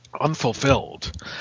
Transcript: unfulfilled